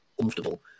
comfortable